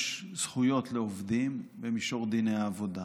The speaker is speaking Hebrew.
יש זכויות לעובדים במישור דיני העבודה.